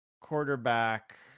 quarterback